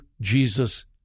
Jesus